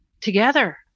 together